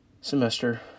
semester